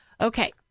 okay